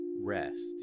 Rest